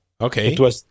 okay